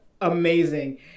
amazing